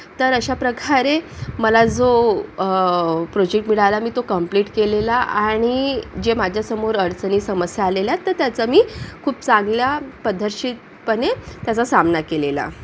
तर अशाप्रकारे मला जो प्रोजेक्ट मिळाला मी तो कंप्लीट केलेला आणि जे माझ्यासमोर अडचणी समस्या आलेल्या तर त्याचा मी खूप चांगल्या पद्धतशीरपणे त्याचा सामना केलेला